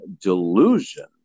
delusion